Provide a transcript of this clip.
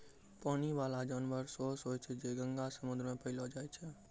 पानी बाला जानवर सोस होय छै जे गंगा, समुन्द्र मे पैलो जाय छै